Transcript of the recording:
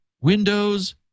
Windows